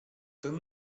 ten